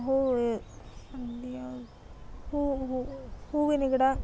ಹೂ ಹೂ ಹೂವು ಹೂವಿನ ಗಿಡ